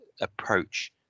approach